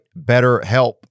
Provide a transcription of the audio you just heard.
BetterHelp